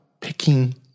picking